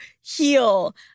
heal